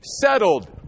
settled